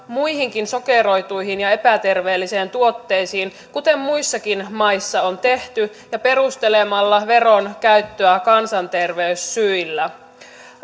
muihinkin sokeroituihin ja epäterveellisiin tuotteisiin kuten muissakin maissa on tehty ja perustelemalla veron käyttöä kansanterveyssyillä